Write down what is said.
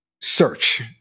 search